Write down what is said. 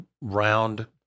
round